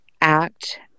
act